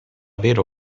vero